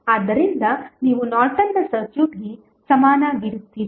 ಆದ್ದರಿಂದ ನೀವು ನಾರ್ಟನ್ನ ಸರ್ಕ್ಯೂಟ್ಗೆ ಸಮನಾಗಿರುತ್ತೀರಿ